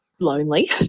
lonely